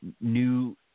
new